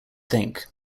think